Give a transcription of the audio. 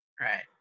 right